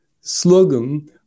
slogan